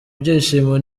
byishimo